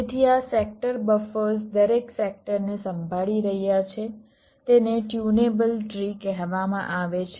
તેથી આ sector buffers દરેક સેક્ટરને સંભાળી રહ્યા છે તેને ટ્યુનેબલ ટ્રી કહેવામાં આવે છે